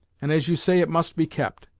and as you say it must be kept.